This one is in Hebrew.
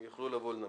הם יוכלו לבוא לנמק.